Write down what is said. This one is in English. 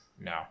No